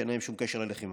שאין להם שום קשר ללחימה.